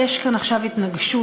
יש כאן עכשיו באמת התנגשות,